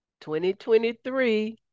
2023